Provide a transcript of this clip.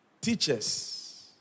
Teachers